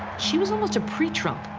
she was almost a pre-trump,